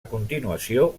continuació